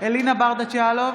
אלינה ברדץ' יאלוב,